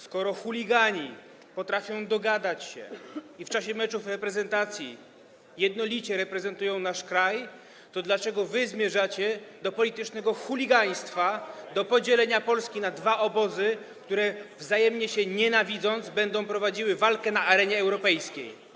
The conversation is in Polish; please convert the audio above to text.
Skoro chuligani potrafią dogadać się i w czasie meczów reprezentacji jednolicie reprezentują nasz kraj, to dlaczego wy zmierzacie do politycznego chuligaństwa, do podzielenia Polski na dwa obozy, które, wzajemnie się nienawidząc, będą prowadziły walkę na arenie europejskiej?